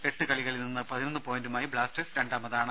എട്ട് കളികളിൽ നിന്ന് പതിനൊന്ന് പോയിന്റുമായി ബ്ലാസ്റ്റേഴ്സ് രണ്ടാമതാണ്